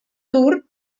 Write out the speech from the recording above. tour